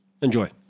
Enjoy